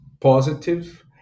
positive